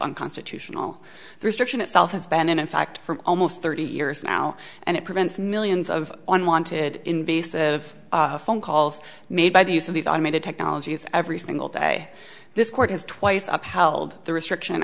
unconstitutional restriction itself is banned and in fact for almost thirty years now and it prevents millions of unwanted invasive phone calls made by the use of these automated technologies every single day this court has twice up held the restriction